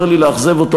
צר לי לאכזב אותו.